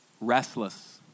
Restless